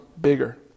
bigger